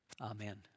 Amen